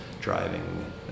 driving